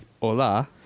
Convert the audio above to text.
Hola